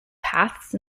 paths